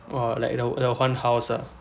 !wah! like the like the whole class ah